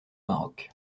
maroc